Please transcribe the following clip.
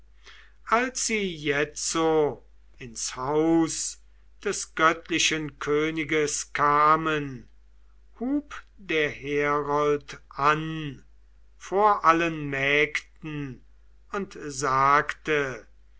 als sie jetzo ins haus des göttlichen königes kamen hub der herold an vor allen mägden und sagte